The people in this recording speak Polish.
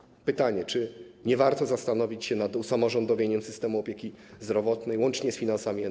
Nasuwa się pytanie, czy nie warto zastanowić się nad usamorządowieniem systemu opieki zdrowotnej, łącznie z finansami NFZ.